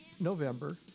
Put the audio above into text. November